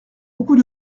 beaucoup